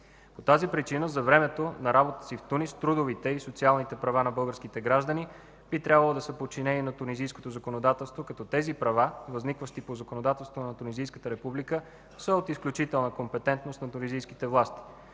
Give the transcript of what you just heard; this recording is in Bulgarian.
По тази причина, за времето на работата си в Тунис трудовите и социалните права на българските граждани би трябвало да са подчинени на тунизийското законодателство, като тези права, възникващи по законодателство на Тунизийската република, са от изключителна компетентност на тунизийските власти.